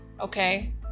okay